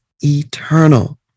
eternal